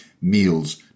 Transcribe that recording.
meals